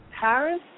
Paris